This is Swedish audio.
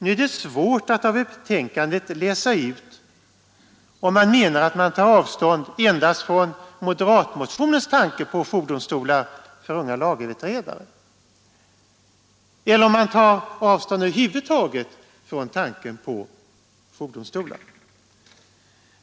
Nu är det svårt att av betänkandet läsa ut om man tar 1 juni 1973 avstånd endast från moderatmotionens tanke på jourdomstolar för unga lagöverträdare eller om man över huvud taget tar avstånd från tanken på jourdomstolar.